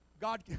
God